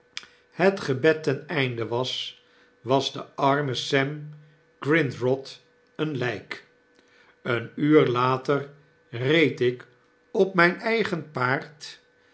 het gebed ten einde was was de arme sem grindrod een lyk een uur later reed ik op myn eigen paard